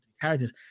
characters